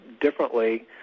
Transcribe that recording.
differently